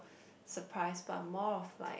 surprise but more of like